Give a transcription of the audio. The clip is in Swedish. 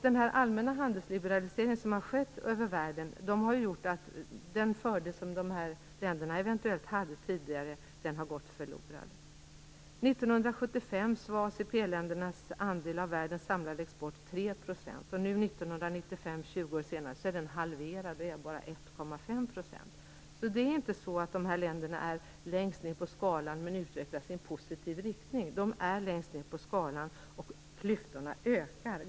Den allmänna handelsliberalisering som har skett över världen har ju gjort att den fördel som de här länderna eventuellt hade tidigare har gått förlorad. 1975 var ACP-ländernas andel av världens samlade export 3 %. Nu 1995, tjugo år senare, är den halverad. Den är bara 1,5 %. Det är inte så att de här länderna är längst ned på skalan men att de utvecklas i en positiv riktning. De är längst ned på skalan och klyftorna ökar.